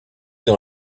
dans